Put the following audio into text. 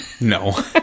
No